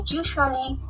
usually